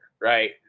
right